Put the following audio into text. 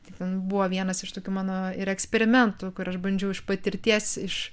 tai ten buvo vienas iš tokių mano ir eksperimentų kur aš bandžiau iš patirties iš